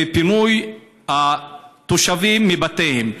ופינוי התושבים מבתיהם.